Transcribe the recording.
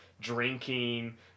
drinking